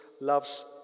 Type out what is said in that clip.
loves